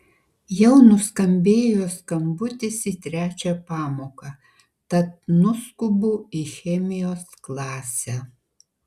jau nuskambėjo skambutis į trečią pamoką tad nuskubu į chemijos klasę